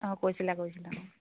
অঁ কৈছিলা কৈছিলা অঁ